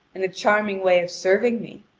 and a charming way of serving me!